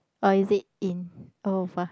or is it in